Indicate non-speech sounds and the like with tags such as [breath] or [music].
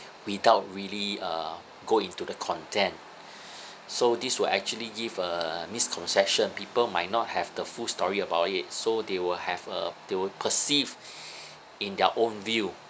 [breath] without really uh go into the content [breath] so this will actually give a misconception people might not have the full story about it so they will have uh they will perceive [breath] in their own view